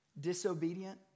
disobedient